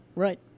Right